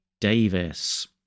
Davis